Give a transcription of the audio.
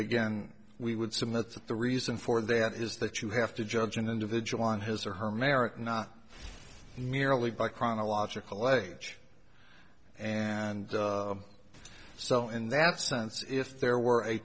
again we would submit that the reason for that is that you have to judge an individual on his or her merit not merely by chronological age and so in that sense if there were a